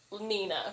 Nina